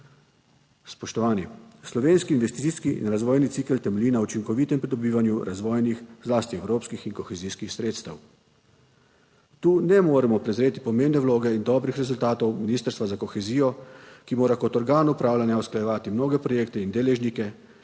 Spoštovani, Slovenski investicijski in razvojni cikel temelji na učinkovitem pridobivanju razvojnih, zlasti evropskih in kohezijskih sredstev. Tu ne moremo prezreti pomembne vloge in dobrih rezultatov Ministrstva za kohezijo, ki mora kot organ upravljanja usklajevati mnoge projekte in deležnike,